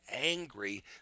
angry